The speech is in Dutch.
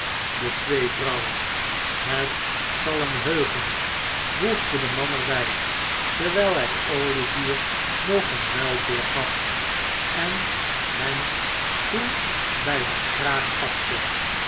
de twee vrouwen het zal hem heugen voegde de man er bij terwijl hij olivier nog een muilpeer gaf en hem toen bij den kraag pakte